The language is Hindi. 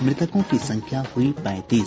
मृतकों की संख्या हुई पैंतीस